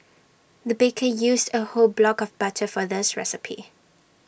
the baker used A whole block of butter for this recipe